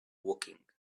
woking